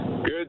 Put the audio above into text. good